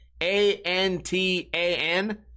A-N-T-A-N